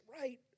right